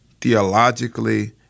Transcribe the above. theologically